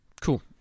Cool